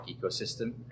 Ecosystem